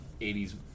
80's